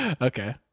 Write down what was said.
Okay